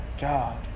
god